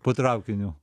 po traukiniu